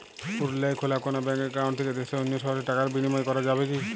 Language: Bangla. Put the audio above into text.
পুরুলিয়ায় খোলা কোনো ব্যাঙ্ক অ্যাকাউন্ট থেকে দেশের অন্য শহরে টাকার বিনিময় করা যাবে কি?